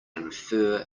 infer